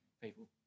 people